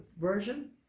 version